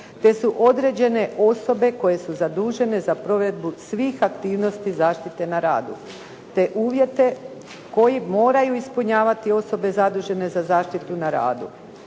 te su određene osobe koje su zadužene za provedbu svih aktivnosti zaštite na radu, te uvjete koje moraju ispunjavati osobe zadužene za zaštitu na radu.